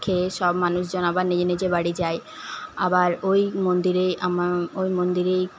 খেয়ে সব মানুষজন আবার নিজের নিজের বাড়ি যায় আবার ওই মন্দিরেই আমার ওই মন্দিরেই